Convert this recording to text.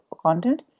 content